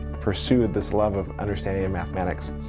pursue this love of understanding of mathematics.